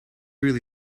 really